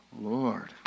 Lord